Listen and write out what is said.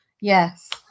Yes